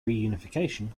reunification